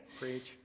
Preach